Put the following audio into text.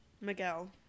Miguel